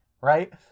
right